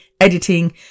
editing